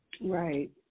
Right